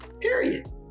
period